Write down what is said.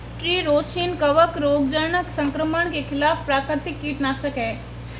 tree rosin कवक रोगजनक संक्रमण के खिलाफ प्राकृतिक कीटनाशक है